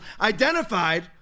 identified